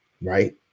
Right